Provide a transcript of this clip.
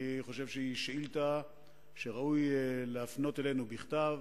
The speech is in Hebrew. אני חושב שהיא שאילתא שראוי להפנות אלינו בכתב,